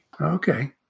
Okay